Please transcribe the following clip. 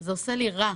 זה עושה לי רע.